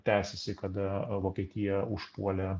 tęsiasi kada vokietija užpuolė